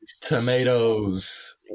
tomatoes